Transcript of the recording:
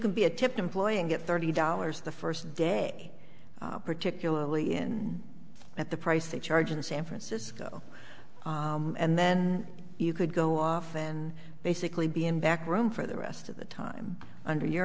can be a tip employee and get thirty dollars the first day particularly in at the price they charge in san francisco and then you could go off and basically be in back room for the rest of the time under your